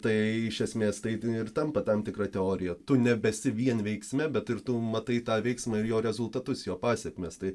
tai iš esmės tai ir tampa tam tikra teorija tu nebesi vien veiksme bet ir tu matai tą veiksmą ir jo rezultatus jo pasekmes tai